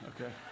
Okay